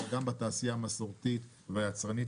אלא גם בתעשייה המסורתית והיצרנית,